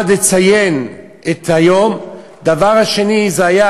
1. לציין את היום, ו-2.